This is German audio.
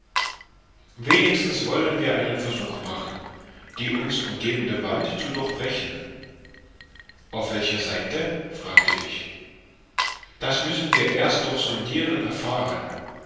wenigstens wollen wir einen versuch machen die uns umgebende wand zu durchbrechen auf welcher seite fragte ich das müssen wir erst durch sondiren erfahren